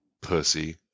Pussy